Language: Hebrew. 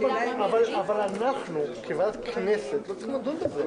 ואחרי התייעצות סיעתית, נחזור ונצביע.